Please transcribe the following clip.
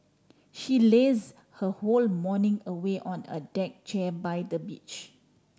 she laze her whole morning away on a deck chair by the beach